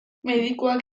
medikuak